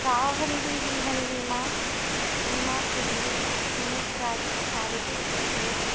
सावंधी जीवन बीमा बीमा के लिए बीमित राशि पाँच सौ रूपए चुनें